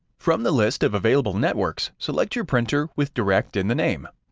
from the list of available networks, select your printer with direct in the name.